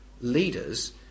leaders